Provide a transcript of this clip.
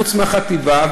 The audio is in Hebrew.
חוץ מהחטיבה,